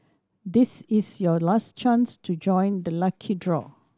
this is your last chance to join the lucky draw